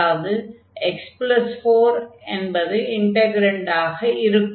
அதாவது x4 என்பது இன்டக்ரன்டாக இருக்கும்